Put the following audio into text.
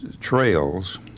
trails